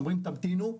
אומרים תמתינו,